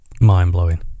mind-blowing